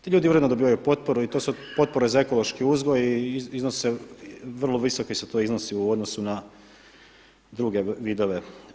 Ti ljudi uredno dobivaju potporu i to su potpore za ekološki uzgoj i iznose, vrlo visoki su to iznosi u odnosu na druge vidove.